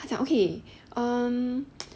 他讲 okay um